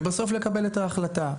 ובסוף לקבל את ההחלטה.